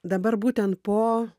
dabar būtent po